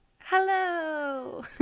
Hello